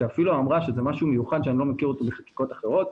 שאפילו אמרה שזה משהו מיוחד שאני לא מכיר אותו בחקיקות אחרות,